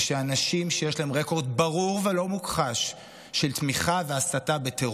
ושהאנשים שיש להם רקורד ברור ולא מוכחש של הסתה ותמיכה בטרור,